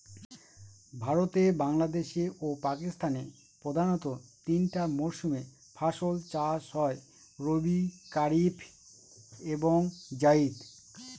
ভারতে বাংলাদেশে ও পাকিস্তানে প্রধানত তিনটা মরসুমে ফাসল চাষ হয় রবি কারিফ এবং জাইদ